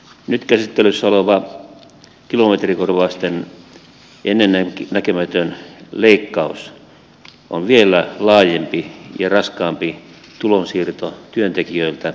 nyt käsittelyssä oleva kilometrikorvausten ennennäkemätön leikkaus on vielä laajempi ja raskaampi tulonsiirto työntekijöiltä yrityksille